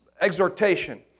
exhortation